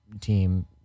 team